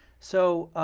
so